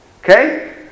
Okay